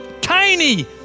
tiny